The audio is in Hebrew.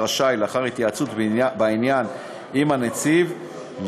עם זאת,